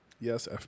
Yes